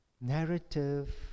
narrative